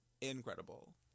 incredible